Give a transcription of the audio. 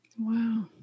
Wow